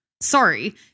sorry